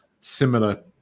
similar